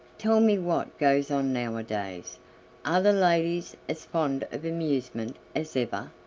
tell me what goes on nowadays are the ladies as fond of amusement as ever?